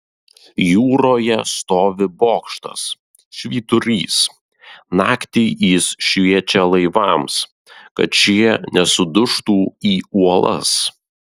jūroje stovi bokštas švyturys naktį jis šviečia laivams kad šie nesudužtų į uolas